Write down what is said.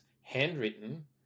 handwritten